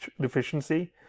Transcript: deficiency